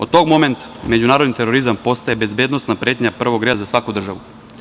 Od tog momenta međunarodni terorizam postaje bezbednosna pretnja prvog reda za svaku državu.